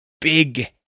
big